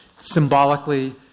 symbolically